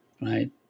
right